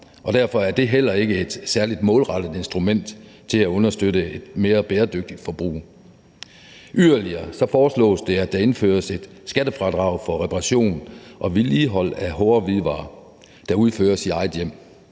Derfor er det heller ikke et særlig målrettet instrument til at understøtte et mere bæredygtigt forbrug. Yderligere foreslås det, at der indføres et skattefradrag for reparation og vedligehold af hårde hvidevarer, der udføres i eget hjem.